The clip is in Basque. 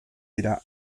dira